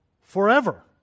forever